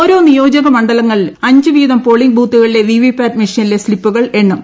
ഓരോ നിയോജകമണ്ഡലങ്ങളിലും അഞ്ച് വീതം പോളിംഗ് ബൂത്തുകളിലെ വിവി പാറ്റ് മെഷീനിലെ സ്തിപ്പുകൾ എണ്ണും